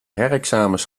herexamens